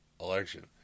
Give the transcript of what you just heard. election